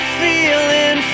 feeling